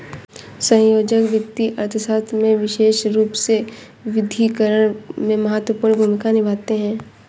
सहसंयोजक वित्तीय अर्थशास्त्र में विशेष रूप से विविधीकरण में महत्वपूर्ण भूमिका निभाते हैं